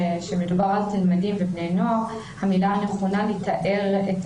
שמדובר על תלמידים ובני נוער שהמילה הנכונה לתאר את